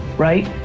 right?